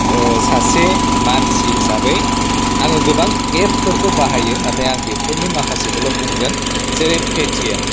सासे मानसि हिसाबै आङो गोबां एपफोरखौ बाहायो नाथाय आं बेफोरनि माखासेखौल' बुंगोन जेरै पेटिएम